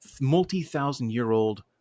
multi-thousand-year-old